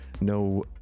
no